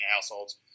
households